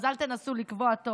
אז אל תנסו לקבוע תור,